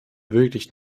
wirklich